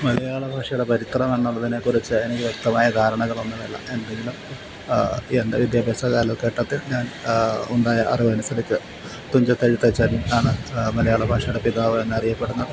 മലയാളഭാഷയുടെ ചരിത്രം എന്നതിനെക്കുറിച്ച് എനിക്ക് വ്യക്തമായ ധാരണകളൊന്നുമില്ല എങ്കിലും എൻ്റെ വിദ്യാഭ്യാസ കാലഘട്ടത്തിൽ ഞാൻ ഉണ്ടായ അറിവനുസരിച്ച് തുഞ്ചത്തെഴുത്തച്ഛൻ ആണ് മലയാള ഭാഷയുടെ പിതാവ് എന്നറിയപ്പെടുന്ന